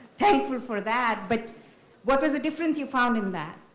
thankful for that. but what was the difference you found in that,